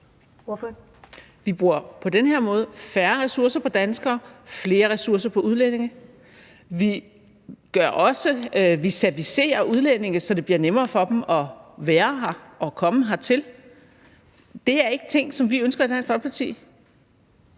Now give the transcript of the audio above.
Vi bruger på den her måde færre ressourcer på danskere og flere ressourcer på udlændinge. Vi servicerer udlændinge, så det bliver nemmere for dem at være her og komme hertil. Det er ikke ting, som vi i Dansk Folkeparti